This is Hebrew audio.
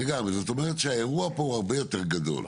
זאת אומרת שהאירוע פה הוא הרבה יותר גדול.